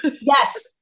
Yes